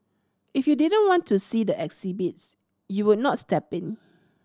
if you didn't want to see the exhibits you would not step in